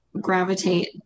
gravitate